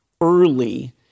early